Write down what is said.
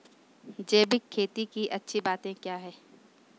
जैविक खेती की अच्छी बातें क्या हैं?